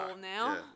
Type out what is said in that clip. now